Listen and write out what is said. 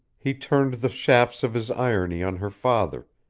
he turned the shafts of his irony on her father,